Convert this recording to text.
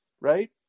Right